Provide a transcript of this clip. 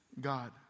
God